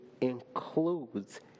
includes